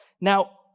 Now